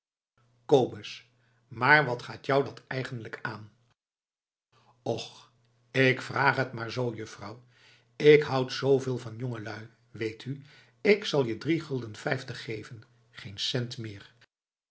kobus maar wat gaat dat jou eigenlijk aan och k vraag t maar zoo juffrouw ik houd zooveel van jongelui weet u k zal je drie gulden vijftig geven geen cent meer